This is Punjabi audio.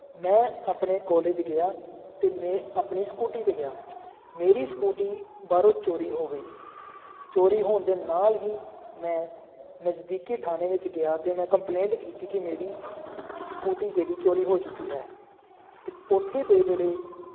ਮੈਂ ਆਪਣੇ ਕੋਲੇਜ ਗਿਆ ਅਤੇ ਮੈਂ ਆਪਣੀ ਸਕੂਟੀ 'ਤੇ ਗਿਆ ਮੇਰੀ ਸਕੂਟੀ ਬਾਹਰੋਂ ਚੋਰੀ ਹੋ ਗਈ ਚੋਰੀ ਹੋਣ ਦੇ ਨਾਲ ਹੀ ਮੈਂ ਨਜ਼ਦੀਕੀ ਥਾਣੇ ਵਿੱਚ ਗਿਆ ਅਤੇ ਮੈਂ ਕੰਪਲੇਂਟ ਕੀਤੀ ਕਿ ਮੇਰੀ ਸਕੂਟੀ ਜਿਹੜੀ ਚੋਰੀ ਹੋ ਚੁੱਕੀ ਹੈ ਅਤੇ ਉੱਥੇ ਦੇ ਜਿਹੜੇ